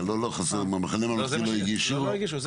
המחנה הממלכתי לא הגישו?